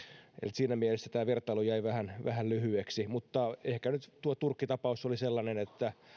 siinä mielessä tämä vertailu jäi vähän vähän lyhyeksi mutta ehkä nyt tuo turkki tapaus oli sellainen